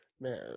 Man